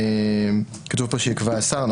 כתוב פה שיקבע השר,